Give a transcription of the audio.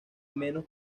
menos